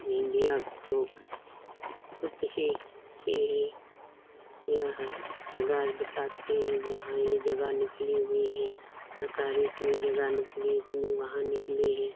media तो बहुत ही अच्छी है मीडिया हर जगह बताती है जहाँ ये जगह निकली हुई है सरकारी इतनी जगह निकली इतनी वहाँ निकली है